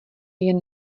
jen